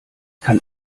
kann